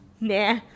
nah